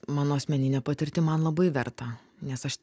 mano asmenine patirtim man labai verta nes aš